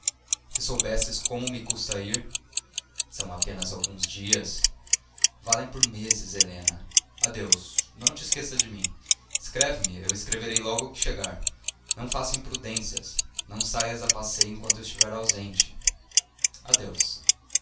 se soubesses como me custa ir são apenas alguns dias valem por meses helena adeus não te esqueças de mim escreve-me eu escreverei logo que chegar não faças imprudências não saias a passeio enquanto eu estiver ausente adeus